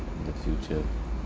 in the future